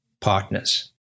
partners